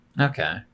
Okay